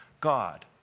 God